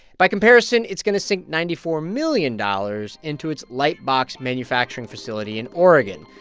by comparison, it's going to sink ninety four million dollars into its lightbox manufacturing facility in oregon,